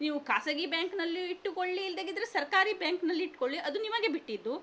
ನೀವು ಖಾಸಗಿ ಬ್ಯಾಂಕ್ನಲ್ಲಿಯೂ ಇಟ್ಟುಕೊಳ್ಳಿ ಇಲ್ದೆ ಇದ್ರೆ ಸರ್ಕಾರಿ ಬ್ಯಾಂಕ್ನಲ್ಲಿ ಇಟ್ಕೊಳ್ಳಿ ಅದು ನಿಮಗೆ ಬಿಟ್ಟಿದ್ದು